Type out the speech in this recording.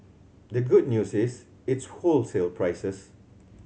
the good news is its wholesale prices